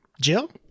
Jill